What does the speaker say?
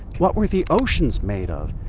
what were the oceans made of?